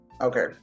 Okay